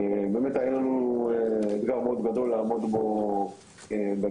באמת היה לנו אתגר מאוד גדול לעמוד בו בהקשר